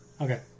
Okay